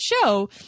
show